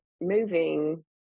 moving